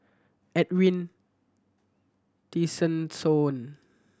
Edwin Tessensohn